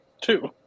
two